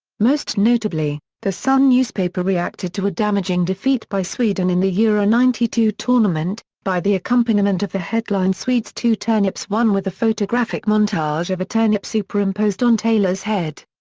most notably, the sun newspaper reacted to a damaging defeat by sweden in the euro ninety two tournament, by the accompaniment of the headline swedes two turnips one with a photographic montage of a turnip superimposed on taylor's head.